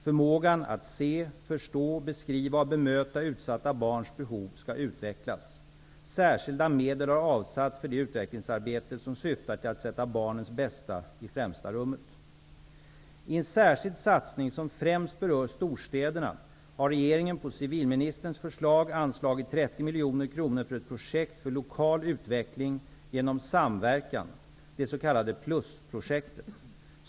Förmågan att se, förstå, beskriva och bemöta utsatta barns behov skall utvecklas. Särskilda medel har avsatts för detta utvecklingsarbete som syftar till att sätta barns bästa i främsta rummet. I en särskild satsning som främst berör storstäderna har regeringen på civilministerns förslag anslagit 30 mkr för ett projekt för lokal utveckling genom samverkan -- det s.k. Plusprojektet.